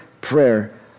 prayer